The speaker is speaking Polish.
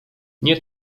nie